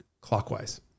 clockwise